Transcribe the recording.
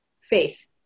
faith